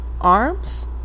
arms